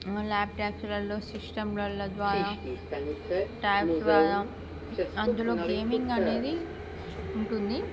లాప్టాప్స్లల్లో సిస్టమ్స్లల్లో ద్వారా టాబ్స్ ద్వారా అందులో గేమింగ్ అనేది ఉంటుంది